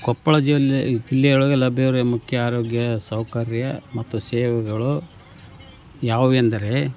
ಕೊಪ್ಪಳ ಜಿಲ್ಲೆ ಜಿಲ್ಲೆಯೊಳಗೆ ಲಭ್ಯವಿರುವ ಮುಖ್ಯ ಆರೋಗ್ಯ ಸೌಕರ್ಯ ಮತ್ತು ಸೇವೆಗಳು ಯಾವುವೆಂದರೆ